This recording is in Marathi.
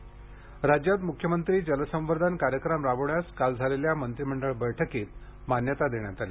जलसंवर्धन कार्यक्रम राज्यात मुख्यमंत्री जलसंवर्धन कार्यक्रम राबवण्यास काल झालेल्या मंत्रिमंडळ बैठकीत मान्यता देण्यात आली